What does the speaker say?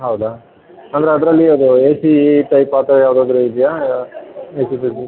ಹೌದಾ ಅಂದರೆ ಅದರಲ್ಲಿ ಅದು ಎ ಸಿ ಟೈಪ್ ಆ ಥರ ಯಾವುದಾದ್ರು ಇದೆಯಾ ಎ ಸಿ